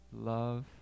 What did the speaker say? love